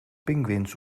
pinguïns